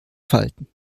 falten